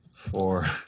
Four